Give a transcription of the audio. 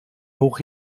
hoch